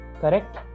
Correct